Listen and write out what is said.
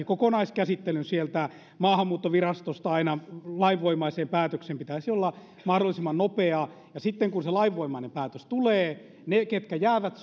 kokonaiskäsittelyn sieltä maahanmuuttovirastosta aina lainvoimaiseen päätökseen pitäisi olla mahdollisimman nopea ja sitten kun se lainvoimainen päätös tulee ne ketkä jäävät